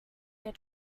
der